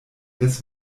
des